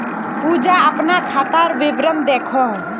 पूजा अपना खातार विवरण दखोह